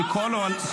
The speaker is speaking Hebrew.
לא, ממש לא.